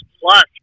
plus